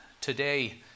today